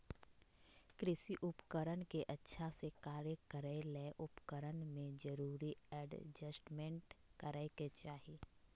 कृषि उपकरण के अच्छा से कार्य करै ले उपकरण में जरूरी एडजस्टमेंट करै के चाही